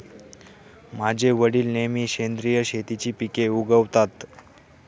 माझे वडील नेहमी सेंद्रिय शेतीची पिके उगवतात